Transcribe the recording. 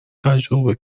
تجربه